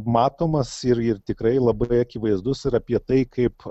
matomas ir ir tikrai labai akivaizdus ir apie tai kaip